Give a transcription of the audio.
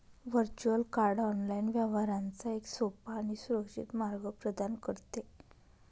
virtual card online व्यवहारांचा एक सोपा आणि सुरक्षित मार्ग प्रदान करते